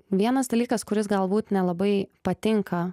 vienas dalykas kuris galbūt nelabai patinka